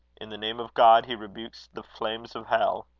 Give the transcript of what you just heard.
in the name of god he rebukes the flames of hell.